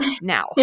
now